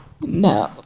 No